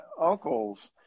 uncles